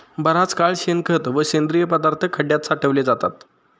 बराच काळ शेणखत व सेंद्रिय पदार्थ खड्यात साठवले जातात